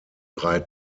drei